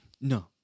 No